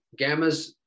gammas